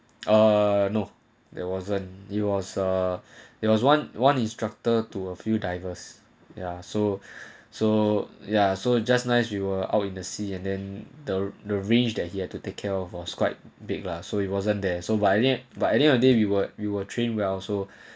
uh no there wasn't it was a it was one one is doctor to a few divers ya so so ya so just nice we were out in the sea and then the the range that he had to take care of was quite big lah so he wasn't there so but I think at end of day we were we will train well so